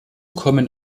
kommen